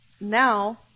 now